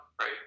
right